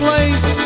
place